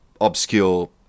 obscure